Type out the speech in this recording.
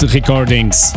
Recordings